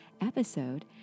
episode